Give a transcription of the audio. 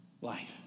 life